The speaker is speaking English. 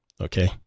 Okay